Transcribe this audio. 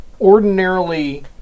Ordinarily